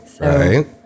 right